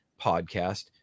podcast